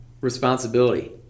responsibility